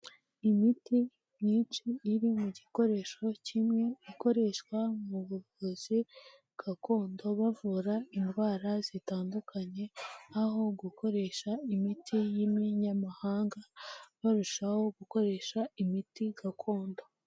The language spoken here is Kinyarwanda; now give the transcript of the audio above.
Imiti myinshi iri mu gikoresho kimwe ikoreshwa mu buvuzi gakondo bavura indwara zitandukanye, aho gukoresha imiti y'imiinyamahanga barushaho gukoresha imiti gakondo.